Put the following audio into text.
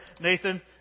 Nathan